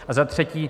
A za třetí.